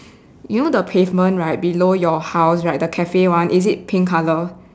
you know the pavement right below your house right the cafe one is it pink colour